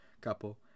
couple